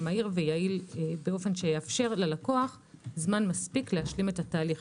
ויעיל באופן שיאפשר ללקוח זמן מספיק להשלים את התהליך.